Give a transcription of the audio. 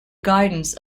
guidance